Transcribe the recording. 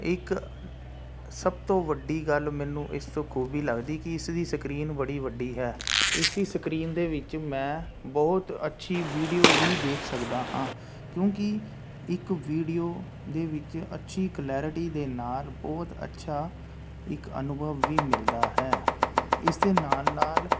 ਇੱਕ ਸਭ ਤੋਂ ਵੱਡੀ ਗੱਲ ਮੈਨੂੰ ਇਸ ਤੋਂ ਖੂਬੀ ਲੱਗਦੀ ਕਿ ਇਸਦੀ ਸਕਰੀਨ ਬੜੀ ਵੱਡੀ ਹੈ ਇਸਦੀ ਸਕਰੀਨ ਦੇ ਵਿੱਚ ਮੈਂ ਬਹੁਤ ਅੱਛੀ ਵੀਡੀਓ ਵੀ ਦੇਖ ਸਕਦਾ ਹਾਂ ਕਿਉਂਕਿ ਇੱਕ ਵੀਡੀਓ ਦੇ ਵਿੱਚ ਅੱਛੀ ਕਲੈਰਿਟੀ ਦੇ ਨਾਲ ਬਹੁਤ ਅੱਛਾ ਇੱਕ ਅਨੁਭਵ ਵੀ ਮਿਲਦਾ ਹੈ ਇਸ ਦੇ ਨਾਲ ਨਾਲ